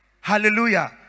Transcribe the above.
Hallelujah